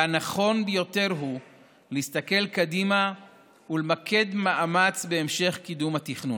והנכון ביותר הוא להסתכל קדימה ולמקד מאמץ בהמשך קידום התכנון.